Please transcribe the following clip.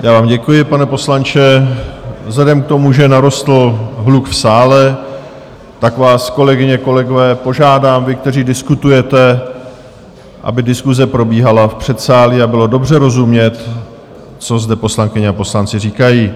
Já vám děkuji, pane poslanče, vzhledem k tomu, že narostl hluk v sále, tak vás, kolegyně, kolegové, požádám, vy, kteří diskutujete, aby diskuse probíhala v předsálí a bylo dobře rozumět, co zde poslankyni a poslanci říkají.